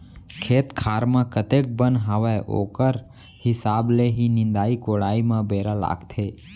खेत खार म कतेक बन हावय ओकर हिसाब ले ही निंदाई कोड़ाई म बेरा लागथे